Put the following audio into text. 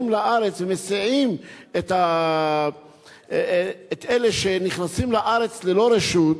לארץ ומסיעים את אלה שנכנסים לארץ ללא רשות.